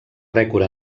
rècord